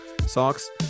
Socks